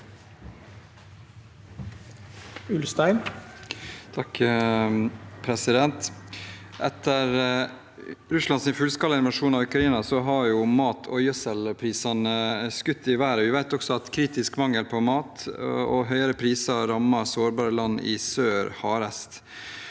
Ulstein (KrF) Etter Russlands fullskala invasjon av Ukraina har mat- og gjødselprisene skutt i været. Vi vet også at kritisk mangel på mat og høyere priser rammer sårbare land i sør hardest.